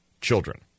children